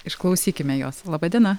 išklausykime jos laba diena